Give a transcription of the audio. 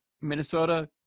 Minnesota